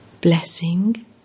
Blessing